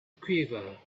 quiver